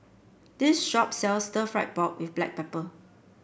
this shop sells stir fry pork with Black Pepper